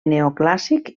neoclàssic